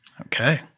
Okay